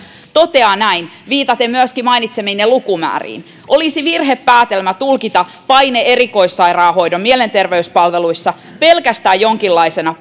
hän toteaa näin viitaten myöskin mainitsemiinne lukumääriin olisi virhepäätelmä tulkita paine erikoissairaanhoidon mielenterveyspalveluissa pelkästään jonkinlaisena